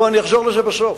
בוא, אני אחזור לזה בסוף.